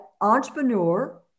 entrepreneur